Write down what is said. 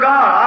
God